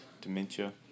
dementia